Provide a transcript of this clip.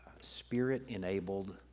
spirit-enabled